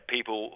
People